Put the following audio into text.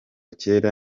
kera